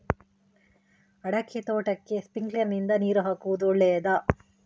ಅಡಿಕೆ ತೋಟಕ್ಕೆ ಸ್ಪ್ರಿಂಕ್ಲರ್ ನಿಂದ ನೀರು ಹಾಕುವುದು ಒಳ್ಳೆಯದ?